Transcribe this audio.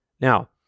Now